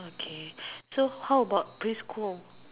okay so how about quit school